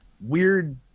weird